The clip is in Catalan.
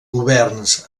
governs